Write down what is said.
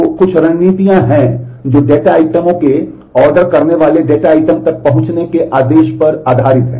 तो कुछ रणनीतियाँ हैं जो डेटा आइटमों के ऑर्डर करने वाले डेटा आइटम तक पहुँचने के आदेश पर आधारित हैं